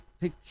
pick